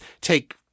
take